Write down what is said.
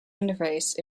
interface